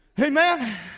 Amen